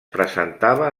presentava